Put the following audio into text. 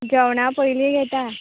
जेवणां पयलीं घेता